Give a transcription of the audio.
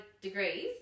degrees